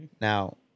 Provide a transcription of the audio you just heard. Now